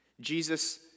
Jesus